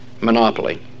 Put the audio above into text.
monopoly